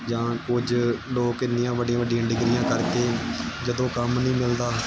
ਜਾਂ ਕੁਝ ਲੋਕ ਇੰਨੀਆਂ ਵੱਡੀਆਂ ਵੱਡੀਆਂ ਡਿਗਰੀਆਂ ਕਰਕੇ ਜਦੋਂ ਕੰਮ ਨਹੀਂ ਮਿਲਦਾ